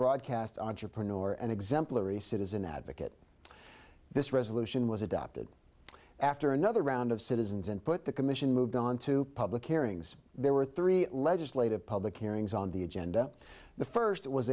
broadcast entrepreneur and exemplary citizen advocate this resolution was adopted after another round of citizens and put the commission moved on to public hearings there were three legislative public hearings on the agenda the first was